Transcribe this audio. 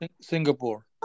Singapore